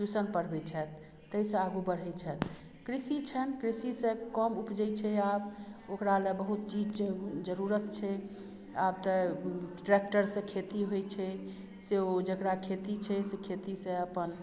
tuition पढ़बय छथि तैसँ आगू बढ़य छथि कृषि छन्हि कृषिसँ कम उपजइ छै आब ओकरा लए बहुत चीज जरूरत छै आब तऽ ट्रैक्टरसँ खेती होइ छै से ओ जकरा खेती छै से खेती से अपन